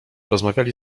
rozmawiali